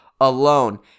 alone